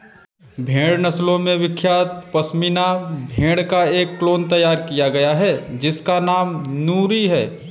भेड़ नस्लों में विख्यात पश्मीना भेड़ का एक क्लोन तैयार किया गया है जिसका नाम नूरी है